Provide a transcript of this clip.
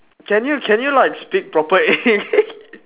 can you can you like speak proper english